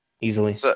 easily